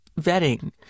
vetting